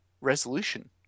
resolution